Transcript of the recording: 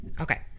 Okay